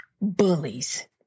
bullies